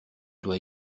dois